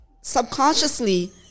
subconsciously